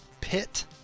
pit